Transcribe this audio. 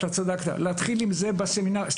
אתה צדקת, להתחיל עם זה במכללות.